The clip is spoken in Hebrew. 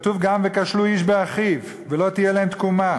וכתוב גם: "וכשלו איש באחיו, ולא תהיה לכם תקומה",